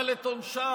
אבל את עונשם,